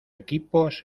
equipos